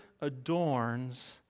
adorns